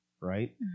right